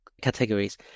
categories